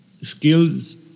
skills